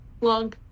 long